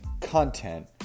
content